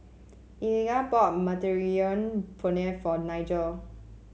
Eliga bought Mediterranean Penne for Nigel